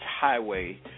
Highway